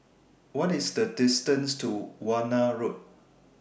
What IS The distance to Warna Road